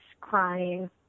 crying